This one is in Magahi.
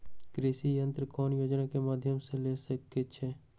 कृषि यंत्र कौन योजना के माध्यम से ले सकैछिए?